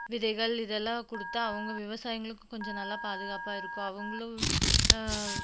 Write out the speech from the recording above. விதைகள் இதெல்லாம் கொடுத்தா அவங்க விவசாயிங்களுக்கு கொஞ்சம் நல்லா பாதுகாப்பாக இருக்கும் அவங்குளும்